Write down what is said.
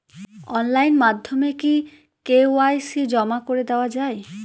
Online মাধ্যমে কি KYC জমা করে দেওয়া য়ায়?